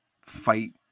fight